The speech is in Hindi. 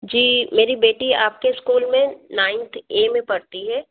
जी मेरी बेटी आपके स्कूल में नाइंथ ए में पढ़ती है